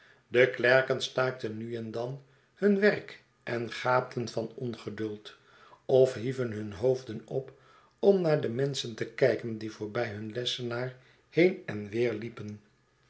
de klerken staakten nu en dan hun werk en gaapten van ongeduld of hieven hun hoofden op om naar de menschen te kijken die voorby hun lessenaar heen en weer liepen